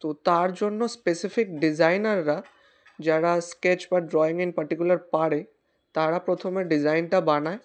তো তার জন্য স্পেসিফিক ডিজাইনাররা যারা স্কেচ বা ড্রয়িং পার্টিকুলার পারে তারা প্রথমে ডিজাইনটা বানায়